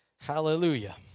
Hallelujah